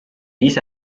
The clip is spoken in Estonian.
ise